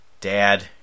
Dad